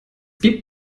gibt